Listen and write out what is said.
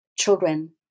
children